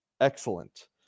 Excellent